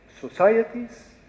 societies